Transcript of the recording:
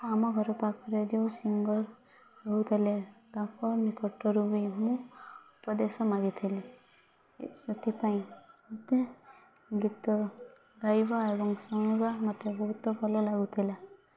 ଆମ ଘର ପାଖରେ ଯେଉଁ ସିଙ୍ଗର୍ ରହୁଥିଲେ ତାଙ୍କ ନିକଟରୁ ବି ମୁଁ ଉପଦେଶ ମାଗିଥିଲି ସେଥିପାଇଁ ମୋତେ ଗୀତ ଗାଇବା ଏବଂ ଶୁଣିବା ମୋତେ ବହୁତ ଭଲ ଲାଗୁଥିଲା